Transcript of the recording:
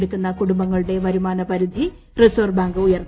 എടുക്കുന്ന കുടുംബങ്ങളുടെ വരുമാന പരിധി റിസർവ്വ് ബാങ്ക് ഉയർത്തി